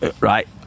right